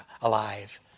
alive